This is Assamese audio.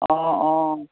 অঁ অঁ